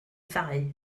ddau